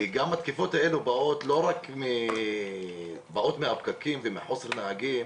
התקיפות באות מהפקקים ומחוסר נהגים